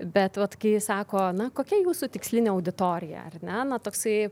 bet vat kai sako na kokia jūsų tikslinė auditorija ar ne na toksai